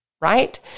Right